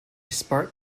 spark